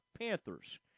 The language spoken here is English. Panthers